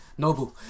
Nobu